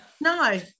no